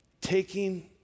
taking